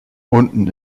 unten